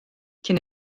cyn